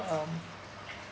um